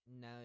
No